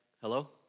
hello